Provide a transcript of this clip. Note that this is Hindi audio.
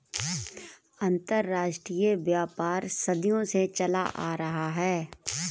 अंतरराष्ट्रीय व्यापार सदियों से चला आ रहा है